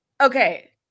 Okay